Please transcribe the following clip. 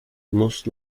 most